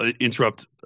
interrupt